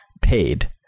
paid